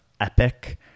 epic